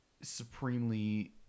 supremely